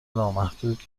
نامحدود